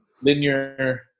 Linear